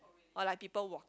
or like people walk